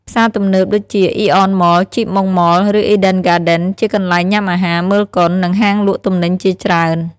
ផ្សារទំនើប ដូចជា Aeon Mall, Chip Mong Mall, ឬ Eden Garden ជាកន្លែងញ៉ាំអាហារ មើលកុន និងហាងលក់ទំនិញជាច្រើន។